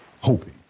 hoping